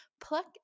pluck